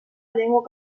llengua